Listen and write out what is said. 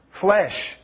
flesh